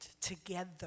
together